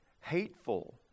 hateful